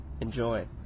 Enjoy